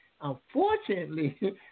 unfortunately